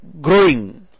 growing